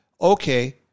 okay